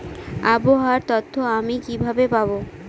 আবহাওয়ার তথ্য আমি কিভাবে পাবো?